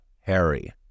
Harry